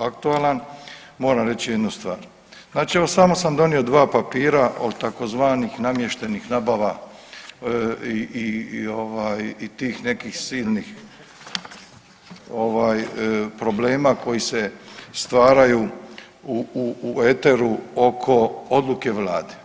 aktualan, moram reći jednu stvar, znači evo samo sam donio 2 papira od tzv. namještenih nabava i ovaj, i tih nekih silnih ovaj, problema koji se stvaraju i eteru oko odluke Vlade.